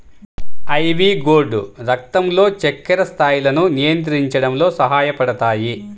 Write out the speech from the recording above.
ivy gourd రక్తంలో చక్కెర స్థాయిలను నియంత్రించడంలో సహాయపడతాయి